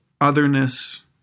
otherness